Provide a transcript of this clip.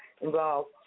involved